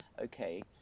okay